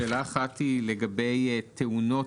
שאלה אחת היא לגבי תאונות.